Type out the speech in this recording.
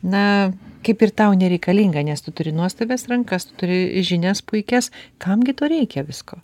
na kaip ir tau nereikalinga nes tu turi nuostabias rankas tu turi žinias puikias kam gi to reikia visko